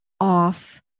off